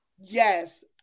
Yes